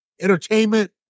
entertainment